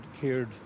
cared